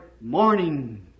morning